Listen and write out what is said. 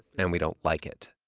and we don't like it.